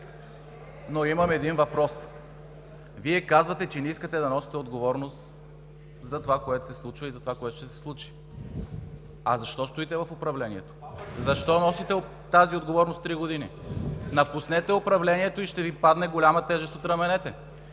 но имам един въпрос. Вие казвате, че не искате да носите отговорност за това, което се случва, и за това, което ще се случи. Защо стоите в управлението? Защо носите тази отговорност три години? Напуснете управлението и ще падне голяма тежест от раменете